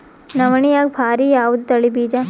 ನವಣಿಯಾಗ ಭಾರಿ ಯಾವದ ತಳಿ ಬೀಜ?